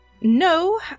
No